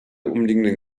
umliegenden